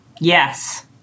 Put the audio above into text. Yes